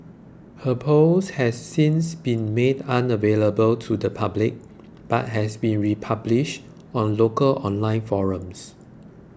her post has since been made unavailable to the public but has been republished on local online forums